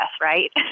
right